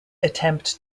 attempt